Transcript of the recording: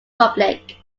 public